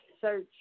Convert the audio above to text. search